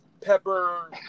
pepper